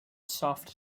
soft